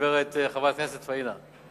חברת הכנסת פניה.